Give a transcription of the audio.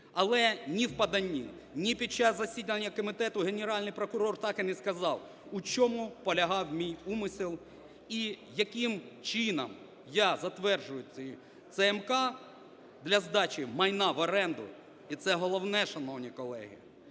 Але ні в поданні, ні під час засідання комітету Генеральний прокурор так і не сказав, у чому полягав мій умисел, і яким чином я затверджую ЦМК для здачі майна в оренду, і це головне, шановні колеги,